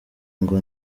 ngo